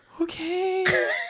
Okay